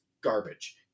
garbage